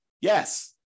Yes